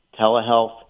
telehealth